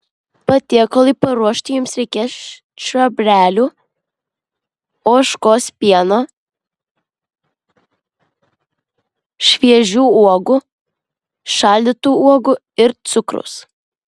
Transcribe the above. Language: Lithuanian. patiekalui paruošti jums reikės čiobrelių ožkos pieno šviežių uogų šaldytų uogų ir cukraus